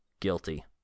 GUILTY